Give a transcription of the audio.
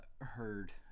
heard